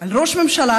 על ראש ממשלה